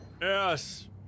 Yes